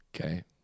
Okay